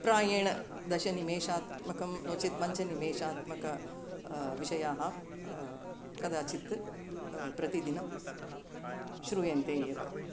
प्रायेण दशनिमेषात्मकं नो चेत् पञ्चनिमेषात्मकविषयाः कदाचित् प्रतिदिनं श्रूयन्ते एव